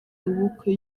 ubukwe